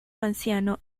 anciano